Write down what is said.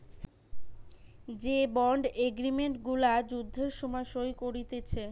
যে bond agreement গুলা যুদ্ধের সময় সই করতিছে